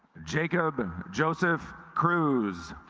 jacob joseph cruz